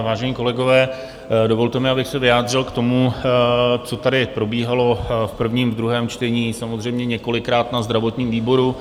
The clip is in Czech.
Vážení kolegové, dovolte mi, abych se vyjádřil k tomu, co tady probíhalo v prvním, druhém čtení a samozřejmě několikrát na zdravotním výboru.